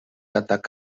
atac